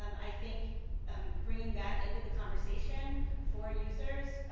um i think um bringing that into the conversation for users